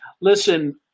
listen –